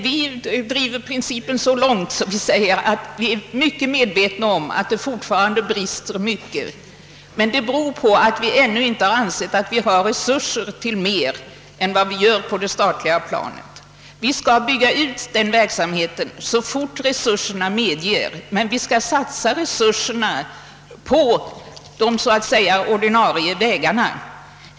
Vi är mycket medvetna om att det fortfarande brister en hel del, vilket beror på att vi ännu inte ansett oss ha resurser till mer än vad vi gör på det statliga planet. Vi skall bygga ut denna verksamhet så fort resurserna medger, men vi driver principen om att detta bör vara en statlig verksamhet så långt att vi menar att vi skall satsa resurserna på de så att säga ordinarie vägarna.